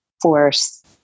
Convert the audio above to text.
force